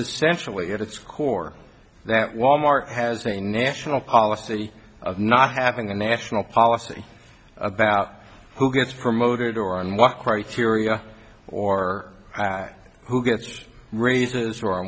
essentially at its core that wal mart has a national policy of not having a national policy about who gets promoted or on what criteria or who gets raises